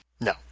No